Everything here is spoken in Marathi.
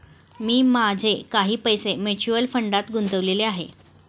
मी माझे काही पैसे म्युच्युअल फंडात गुंतवले आहेत